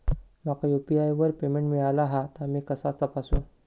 माका यू.पी.आय वर पेमेंट मिळाला हा ता मी कसा तपासू?